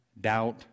doubt